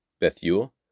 Bethuel